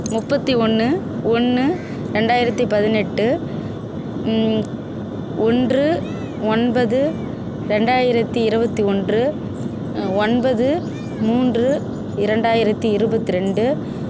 முப்பத்தி ஒன்று ஒன்று ரெண்டாயிரத்தி பதினெட்டு ஒன்று ஒன்பது ரெண்டாயிரத்தி இருபத்தி ஒன்று ஒன்பது மூன்று இரண்டாயிரத்தி இருபத்திரெண்டு